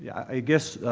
i guess